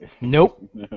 Nope